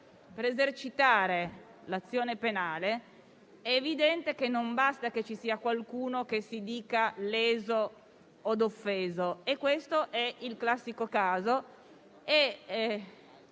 per esercitare l'azione penale è evidente che non basta che ci sia qualcuno che si dica leso o offeso e questo ne è il classico caso.